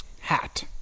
Hat